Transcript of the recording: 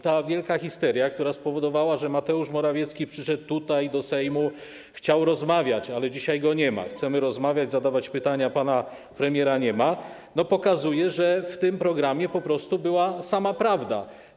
Ta wielka histeria, która spowodowała, że Mateusz Morawiecki przeszedł tutaj do Sejmu, chciał rozmawiać - ale dzisiaj go nie ma, chcemy rozmawiać, zadawać pytania, a pana premiera nie ma - pokazuje, że w tym programie po prostu była sama prawda.